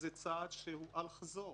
זה צעד שהוא אל חזור.